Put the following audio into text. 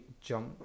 jump